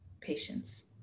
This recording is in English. patience